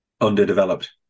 underdeveloped